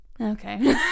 okay